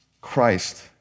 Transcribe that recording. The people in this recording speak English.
Christ